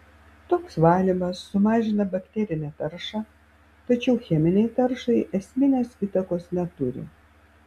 toks valymas sumažina bakterinę taršą tačiau cheminei taršai esminės įtakos neturi